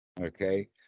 Okay